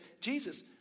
Jesus